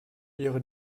ihre